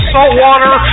Saltwater